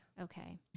Okay